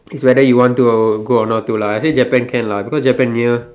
it's whether you want to go or not go lah I would say Japan can lah because Japan near